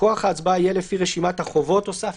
כוח ההצבעה יהיה לפי רשימת החובות..." - הוספנו,